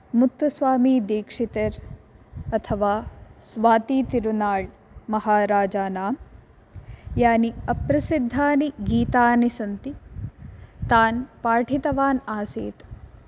मुत्तुस्वामीदीक्षितर् अथवा स्वातीतिरुनाळ् महाराजानां यानि अप्रसोद्धानि गीतानि सन्ति तान् पाठितवान् आसीत्